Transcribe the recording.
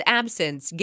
absence